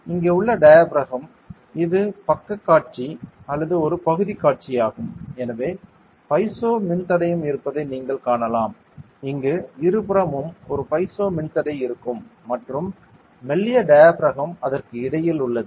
இங்கே உள்ள டயாபிறகம் இது பக்கக் காட்சி அல்லது ஒரு பகுதிக் காட்சியாகும் எனவே பைசோ மின்தடையம் இருப்பதை நீங்கள் காணலாம் இங்கு இருபுறமும் ஒரு பைசோ மின்தடை இருக்கும் மற்றும் மெல்லிய டயாபிறகம் அதற்கு இடையில் உள்ளது